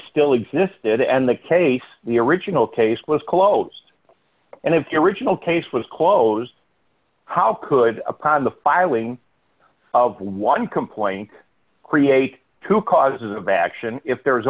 still existed and the case the original case was closed and if your original case was closed how could upon the filing of one complaint create two causes of action if there